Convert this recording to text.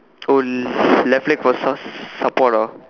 oh left leg for su~ support ah